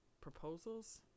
proposals